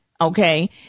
Okay